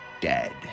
Dead